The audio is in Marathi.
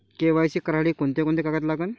के.वाय.सी करासाठी कोंते कोंते कागद लागन?